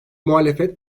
muhalefet